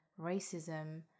racism